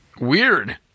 Weird